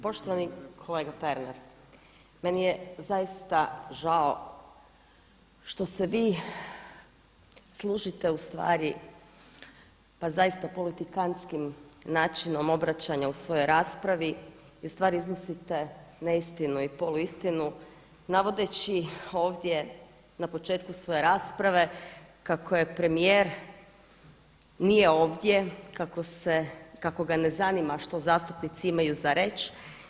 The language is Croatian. Poštovani kolega Pernar, meni je zaista žao što se vi služite u stvari pa zaista politikantskim načinom obraćanja u svojoj raspravi i u stvari iznosite neistinu i poluistinu navodeći ovdje na početku svoje rasprave kako premijer nije ovdje, kako ga ne zanima što zastupnici imaju za reći.